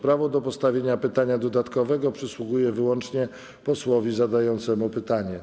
Prawo do postawienia pytania dodatkowego przysługuje wyłącznie posłowi zadającemu pytanie.